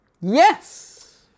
Yes